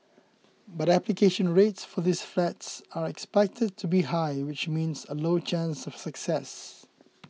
but application rates for these flats are expected to be high which means a lower chance of success